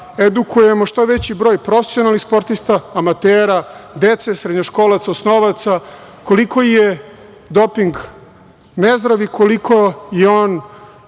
edukujemo što veći broj profesionalnih sportista, amatera, dece, srednjoškolaca, osnovaca koliko je doping nezdrav i koliko je on